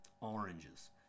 oranges